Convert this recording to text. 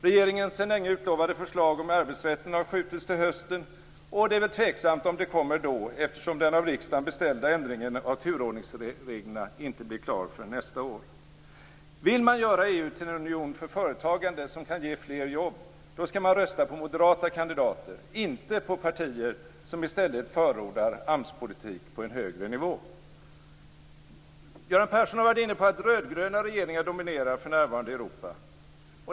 Regeringens sedan länge utlovade förslag om arbetsrätten har skjutits till hösten. Det är väl tveksamt om det kommer då, eftersom den av riksdagen beställda ändringen av turordningsreglerna inte blir klar förrän nästa år. Vill man göra EU till en union för företagande som kan ge fler jobb, skall man rösta på moderata kandidater, inte på partier som i stället förordar AMS-politik på en högre nivå. Göran Persson har varit inne på att rödgröna regeringar för närvarande dominerar i Europa.